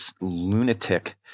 lunatic